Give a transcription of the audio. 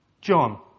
John